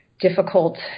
Difficult